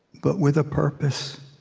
but with a purpose